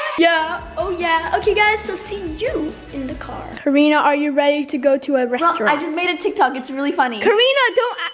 yeah, oh yeah! okay guys, so see you in the car. karina are you ready to go to a restaurant? well i just made a tiktok, it's really funny! karina, don't,